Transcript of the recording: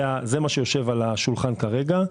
זה מה שיושב על השולחן כרגע,